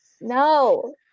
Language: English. no